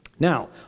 Now